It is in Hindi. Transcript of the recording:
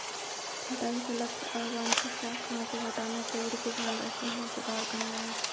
छंटाई का लक्ष्य अवांछित शाखाओं को हटाना, पेड़ की संरचना में सुधार करना है